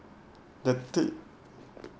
the the